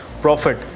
profit